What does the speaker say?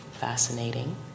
fascinating